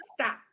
Stop